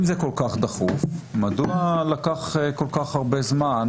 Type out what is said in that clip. אם זה כל כך דחוף, מדוע לקח כל כך הרבה זמן